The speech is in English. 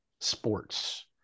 sports